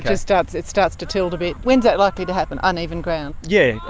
it starts it starts to tilt a bit. when is that likely to happen? uneven ground? yeah,